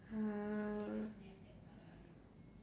uh